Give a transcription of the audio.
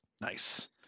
Nice